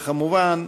וכמובן,